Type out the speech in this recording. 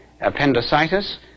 appendicitis